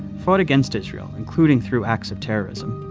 fought against israel, including through acts of terrorism.